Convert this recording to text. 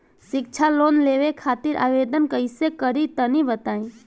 शिक्षा लोन लेवे खातिर आवेदन कइसे करि तनि बताई?